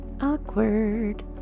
awkward